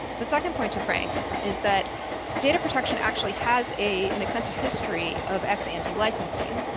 the second point to frank is that data protection actually has a an extensive history of ex ante licensing.